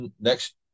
next